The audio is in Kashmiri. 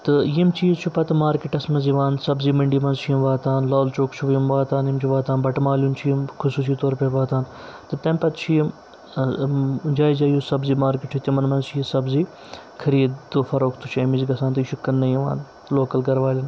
تہٕ یِم چیٖز چھِ پَتہٕ مارکٮ۪ٹَس منٛز یِوان سبزی مٔنڈی منٛز چھِ یِم واتان لال چوک چھُ یِم واتان یِم چھِ واتان بَٹہٕ مالیُن چھِ یِم خصوٗصی طور پے واتان تہٕ تَمہِ پَتہٕ چھِ یِم جایہِ جایہِ یُس سبزی مارکٮ۪ٹ چھُ تِمَن منٛز چھِ یہِ سبزی خٔریٖد تہٕ فروختہٕ تہِ چھُ اَمِچ گژھان تہٕ یہِ چھُ کٕننہٕ یِوان لوکَل گَرٕ والٮ۪ن